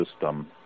system